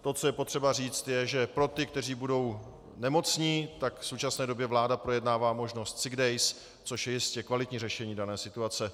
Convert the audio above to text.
To, co je potřeba říct je, že pro ty, kteří budou nemocní, tak v současné době vláda projednává možnost sick days, což je jistě kvalitní řešení dané situace.